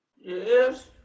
Yes